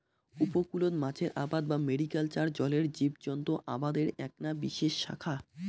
উপকূলত মাছের আবাদ বা ম্যারিকালচার জলের জীবজন্ত আবাদের এ্যাকনা বিশেষ শাখা